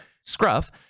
scruff